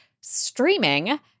streaming